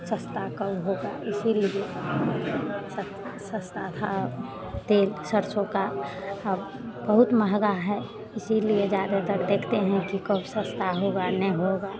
सस्ता कब होगा इसीलिए सत सस्ता था तेल सरसों का अब बहुत महँगा है इसीलिए ज़्यादातर देखते हैं कि कब सस्ता होगा नहीं होगा